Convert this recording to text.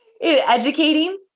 Educating